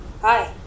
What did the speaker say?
Hi